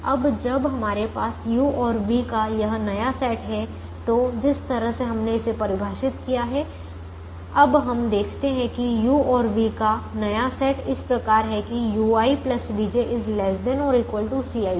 अब जब हमारे पास u और v का यह नया सेट है तो जिस तरह से हमने इसे परिभाषित किया है अब हम देखते हैं कि u और v का नया सेट इस प्रकार है कि ui vj ≤ Cij